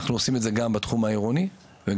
אנחנו עושים את זה גם בתחום העירוני וגם